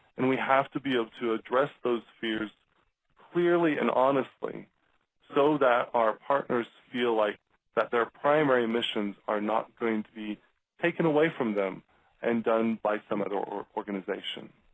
and we have to be able to address those fears clearly and honestly so that our partners feel like that their primary missions are not going to be taken away from them and done by some other organization.